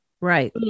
Right